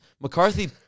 McCarthy